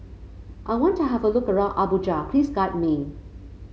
I want to have a look around Abuja please guide me